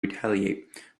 retaliate